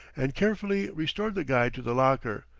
and carefully restored the guide to the locker,